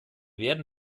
werden